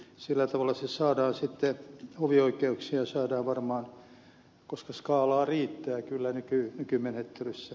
sillä tavalla se saadaan sitten hovioikeuksiin varmaan koska skaalaa riittää kyllä nykymenettelyssä